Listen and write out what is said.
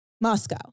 Moscow